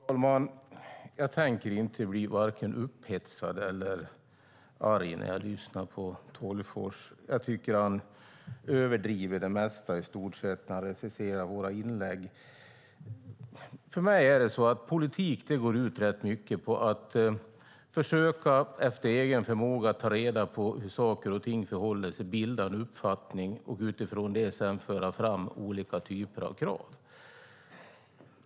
Fru talman! Jag tänker inte bli vare sig upphetsad eller arg när jag lyssnar på Tolgfors. Jag tycker att han överdriver när han recenserar våra inlägg. Politik går ut på att efter bästa förmåga försöka ta reda på hur saker och ting förhåller sig och bilda sig en uppfattning och utifrån det föra fram olika krav.